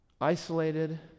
isolated